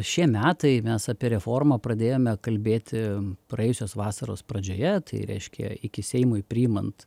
šie metai mes apie reformą pradėjome kalbėti praėjusios vasaros pradžioje tai reiškia iki seimui priimant